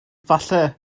falle